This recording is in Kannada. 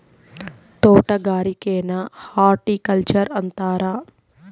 ತೊಟಗಾರಿಕೆನ ಹಾರ್ಟಿಕಲ್ಚರ್ ಅಂತಾರ